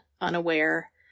unaware